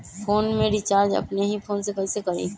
Phone में recharge अपने ही फ़ोन से कईसे करी?